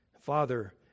Father